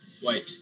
white